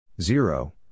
Zero